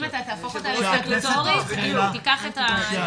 אם תהפוך אותה לסטטוטורית, תיקח את הזמן שלי.